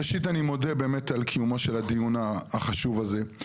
ראשית אני מודה באמת על קיומו של הדיון החשוב הזה.